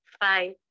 five